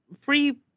Free